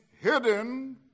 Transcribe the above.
hidden